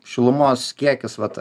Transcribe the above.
šilumos kiekis vat